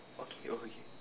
okay okay